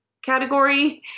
Category